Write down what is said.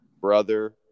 Brother